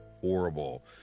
horrible